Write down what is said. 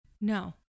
No